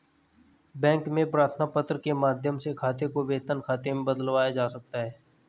bank में प्रार्थना पत्र के माध्यम से खाते को वेतन खाते में बदलवाया जा सकता है